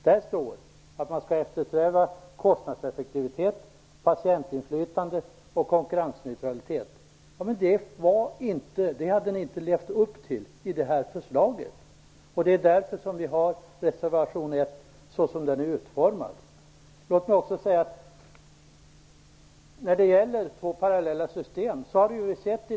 Där står att man skall eftersträva kostnadseffektivitet, patientinflytande och konkurrensneutralitet, något som ni inte levde upp till i förslaget. Av den anledningen har vi fogat reservation 1 till betänkandet.